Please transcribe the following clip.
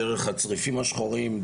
דרך הצריפים השחורים,